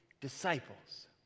disciples